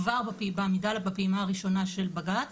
כבר בפעימה הראשונה של בג"צ